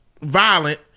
violent